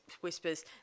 whispers